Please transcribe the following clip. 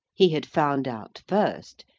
he had found out, first,